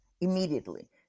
immediately